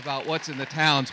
about what's in the town